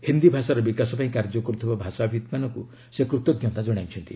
ହିନ୍ଦୀ ଭାଷାର ବିକାଶ ପାଇଁ କାର୍ଯ୍ୟ କରୁଥିବା ଭାଷାବିତ୍ମାନଙ୍କୁ ସେ କୃତଜ୍ଞତା ଜଣାଇଛନ୍ତି